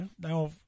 now